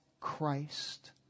Christ